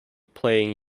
playing